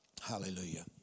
Hallelujah